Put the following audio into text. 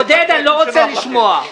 עודד, אני לא רוצה לשמוע.